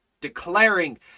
declaring